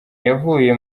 yavuye